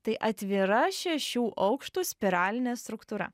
tai atvira šešių aukštų spiralinė struktūra